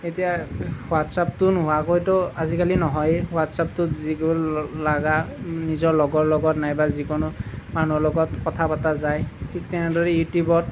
এতিয়া হোৱাটছ্আপটো নোহোৱাকৈতো আজিকালি নহয়েই হোৱাটছ্আপটোত যিবোৰ লগা বা নিজৰ লগৰ লগত নাইবা যিকোনো মানুহৰ লগত কথা পতা যায় ঠিক তেনেদৰে ইউটিউবত